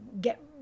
get